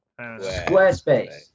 SquareSpace